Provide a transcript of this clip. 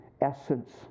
essence